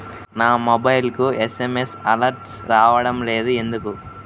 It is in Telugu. నా మొబైల్కు ఎస్.ఎం.ఎస్ అలర్ట్స్ రావడం లేదు ఎందుకు?